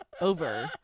over